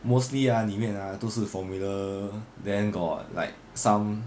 mostly ah 里面啊都是 formula then got like some